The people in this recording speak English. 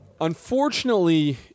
unfortunately